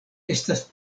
estas